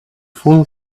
full